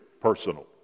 personal